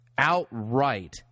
outright